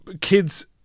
kids